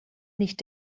nicht